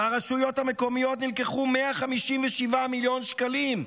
מהרשויות המקומיות נלקחו 157 מיליון שקלים,